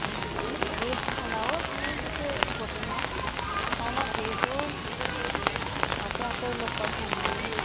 हुन्छ हुन्छ भेज खाना होस् मेन चाहिँ त्यो इम्पोर्टेन्ट हो खाना भेज होस् अँ त्यहाँकै लोकल खानाहरू